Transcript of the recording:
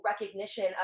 recognition